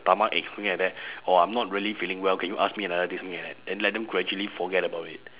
stomachache something like that or I'm not really feeling well can you ask me another day something like that then let them gradually forget about it